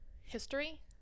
history